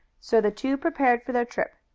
so the two prepared for their trip.